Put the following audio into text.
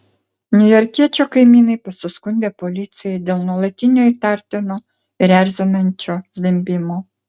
niujorkiečio kaimynai pasiskundė policijai dėl nuolatinio įtartino ir erzinančio zvimbimo